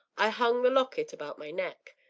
i hung the locket about my neck.